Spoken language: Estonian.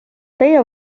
teie